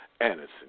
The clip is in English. Anderson